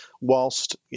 whilst